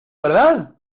verdad